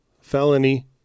Felony